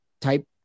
type